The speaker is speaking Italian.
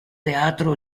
teatro